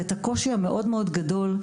ואת הקושי המאוד גדול,